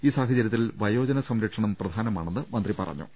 ഈ സാഹ ചര്യത്തിൽ വയോജന സംരക്ഷണം പ്രധാനമാണെന്ന് മന്ത്രി പറഞ്ഞു